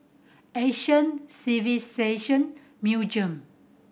Asian Civilisation Museum